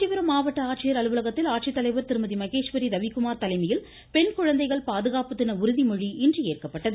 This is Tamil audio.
காஞ்சிபுரம் மாவட்ட ஆட்சியர் அலுவலகத்தில் ஆட்சித்தலைவர் திருமதி மகேஸ்வரி ரவிக்குமார் தலைமையில் பெண் குழந்தைகள் பாதுகாப்பு தின உறுதிமொழி இன்று ஏற்கப்பட்டது